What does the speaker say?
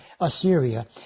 Assyria